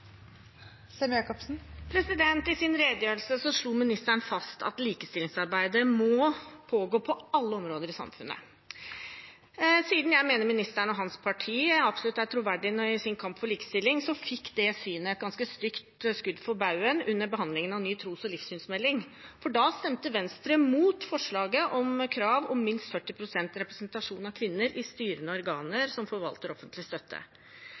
enkelte miljøer. I sin redegjørelse slo ministeren fast at likestillingsarbeidet må pågå på alle områder i samfunnet. Siden jeg mener ministeren og hans parti absolutt er troverdige i sin kamp for likestilling, fikk det synet et ganske stygt skudd for baugen under behandlingen av ny tros- og livssynsmelding, for da stemte Venstre imot forslaget om krav om minst 40 pst. representasjon av kvinner i styrende organer som forvalter offentlig støtte.